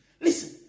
Listen